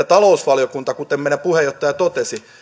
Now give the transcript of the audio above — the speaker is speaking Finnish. talousvaliokunta kuten meidän puheenjohtajamme totesi